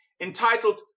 Entitled